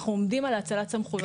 אנחנו עומדים על האצלת הסמכויות לסגן.